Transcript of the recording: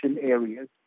areas